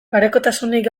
parekotasunik